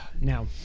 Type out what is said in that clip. Now